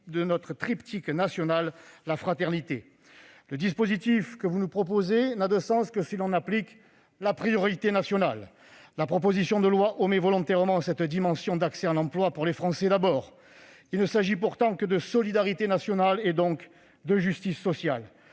de notre devise nationale : la fraternité. Le dispositif que vous nous proposez n'a de sens que si l'on applique la priorité nationale. La proposition de loi omet volontairement cette dimension de l'accès à l'emploi pour les Français d'abord. Il ne s'agit pourtant que de solidarité nationale, et donc de justice sociale.